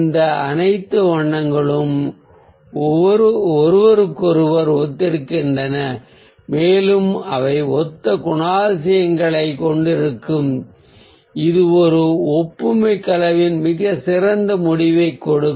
இந்த அனைத்து வண்ணங்களும் ஒன்றுடனொன்று ஒத்திருக்கின்றன மேலும் அவை ஒத்த குணாதிசயத்தைக் கொண்டிருக்கும் இது ஒரு ஒப்புமை கலவையின் மிகச் சிறந்த முடிவைக் கொடுக்கும்